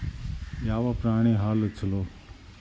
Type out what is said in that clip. ಯಾವ ಪ್ರಾಣಿ ಹಾಲು ಛಲೋ?